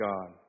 God